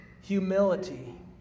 humility